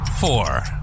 four